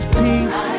peace